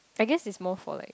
I guess it's more for like